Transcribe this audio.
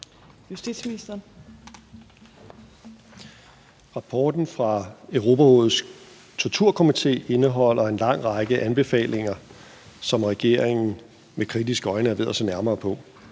Rapporten fra Europarådets Torturkomité indeholder en lang række anbefalinger, som regeringen med kritiske øjne er ved at se nærmere på.